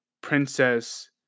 princess